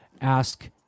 ask